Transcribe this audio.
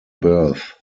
birth